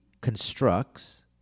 constructs